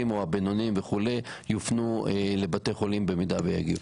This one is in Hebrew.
או הבינוניים וכולי יופנו לבתי חולים במידה ויהיה צורך.